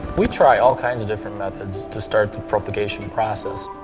we try all kinds of different methods to start the propagation process,